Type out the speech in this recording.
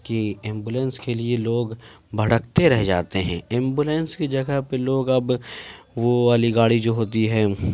کہ ایمبولینس کے لیے لوگ بھٹکتے رہ جاتے ہیں ایمبولینس کی جگہ پہ لوگ اب وہ والی گاڑی جو ہوتی ہے